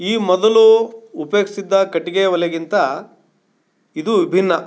ಈ ಮೊದಲು ಉಪಯೋಗ್ಸ್ತಿದ್ದ ಕಟ್ಟಿಗೆ ಒಲೆಗಿಂತ ಇದು ವಿಭಿನ್ನ